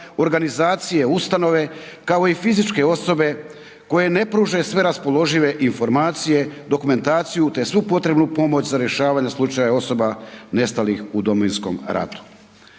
organizacije, ustanove kao i fizičke osobe koje ne pruže sve raspoložive informacije, dokumentaciju te svu potrebnu pomoć za rješavanje slučajeva osoba nestalih u Domovinskom ratu.